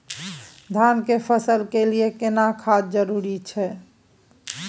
धान के फसल के लिये केना खाद जरूरी छै?